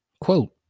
Quote